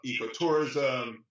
ecotourism